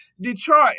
Detroit